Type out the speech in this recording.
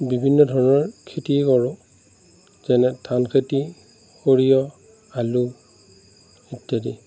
বিভিন্ন ধৰণৰ খেতিয়ে কৰোঁ যেনে ধান খেতি সৰিয়হ আলু ইত্যাদি